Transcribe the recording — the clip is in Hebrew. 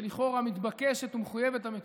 ולכאורה מתבקשת ומחויבת המציאות?